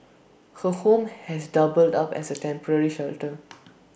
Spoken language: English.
her home has doubled up as A temporary shelter